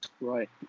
Right